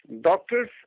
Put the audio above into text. doctors